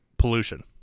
pollution